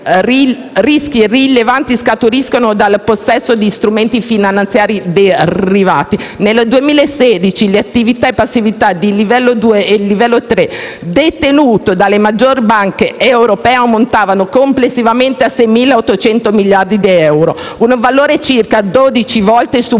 rischi rilevanti scaturiscono dal possesso di strumenti finanziari derivati. Nel 2016 le attività e le passività di livello 2 e livello 3 detenute dalle maggiori banche europee ammontavano complessivamente a 6.800 miliardi di euro, un valore circa 12 volte